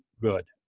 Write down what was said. good